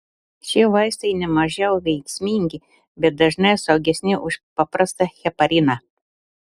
šie vaistai nemažiau veiksmingi bet dažnai saugesni už paprastą hepariną